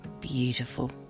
beautiful